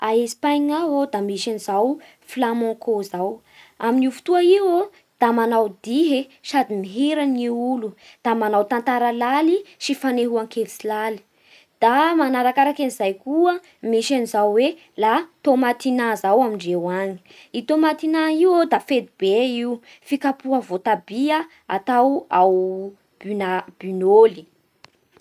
A Espagne aô da misy an'izao flamenco zao. Amin'io fotoa iô da manao dihy e sady mihira ny olo da manao tantara laly sy fanehoan-kevitsy laly. Da manarakaraky an'izay koa misy an'izao hoe la tomatina zao amindreo agny. I tomatina iô da fety be io: fikapoha voatabia atao ao Buna- Bunôly.